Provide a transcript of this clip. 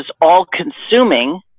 all-consuming